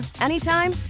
anytime